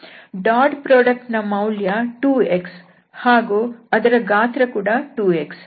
dot product ನ ಮೌಲ್ಯ 2x ಹಾಗೂ ಅದರ ಗಾತ್ರ ಕೂಡ 2x